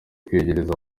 kwiyegereza